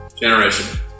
generation